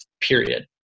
period